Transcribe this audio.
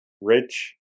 Rich